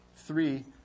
three